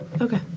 Okay